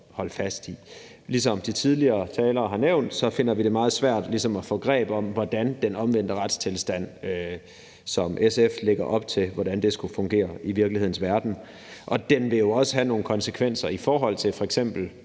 Ligesom de tidligere talere har nævnt, finder vi det meget svært ligesom at få greb om, hvordan den omvendte retstilstand, som SF lægger op til, skulle fungere i virkelighedens verden, og den vil jo også have nogle konsekvenser i forhold til